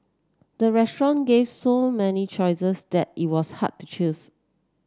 the restaurant gave so many choices that it was hard to choose